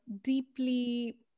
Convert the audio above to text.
deeply